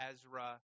Ezra